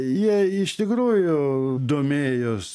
jie iš tikrųjų domėjos